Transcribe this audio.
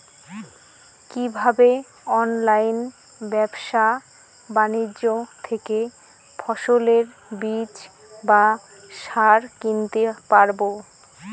কীভাবে অনলাইন ব্যাবসা বাণিজ্য থেকে ফসলের বীজ বা সার কিনতে পারবো?